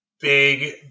big